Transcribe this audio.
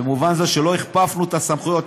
במובן זה שלא הכפפנו את הסמכויות.